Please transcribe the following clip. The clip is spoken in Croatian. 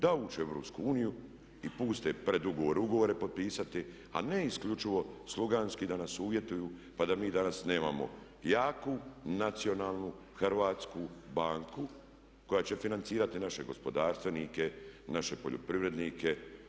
Da ući u EU i puste ugovore i predugovore potpisati, a ne isključivo sluganski da nas uvjetuju, pa da mi danas nemamo jaku nacionalnu hrvatsku banku koja će financirati naše gospodarstvenike, naše poljoprivrednike.